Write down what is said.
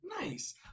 Nice